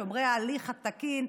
שומרי ההליך התקין.